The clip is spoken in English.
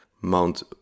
Mount